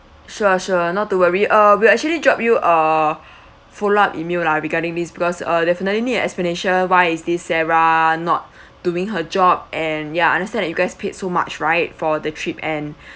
sure sure not to worry will actually drop you uh follow up email lah regarding these because uh definitely need explanation why is these sarah not doing her job and ya understand that you guys paid so much right for the trip and